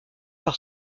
par